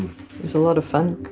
a lot of fun.